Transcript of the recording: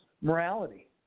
Morality